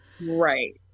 Right